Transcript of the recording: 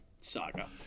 saga